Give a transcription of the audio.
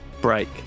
Break